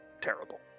terrible